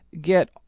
get